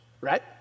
right